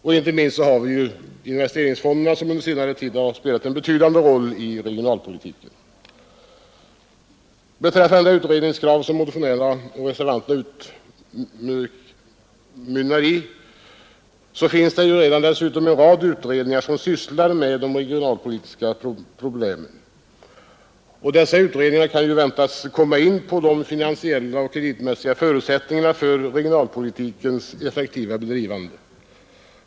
Och inte minst har vi investeringsfonderna som på senare tid har spelat en betydande roll i regionalpolitiken. Motionen och reservationen utmynnar i ett krav på utredning. Det finns emellertid redan en rad utredningar som sysslar med de regionalpolitiska problemen. De kan väntas komma in på de finansiella och kreditmässiga förutsättningarna för regionalpolitikens effektiva bedrivande.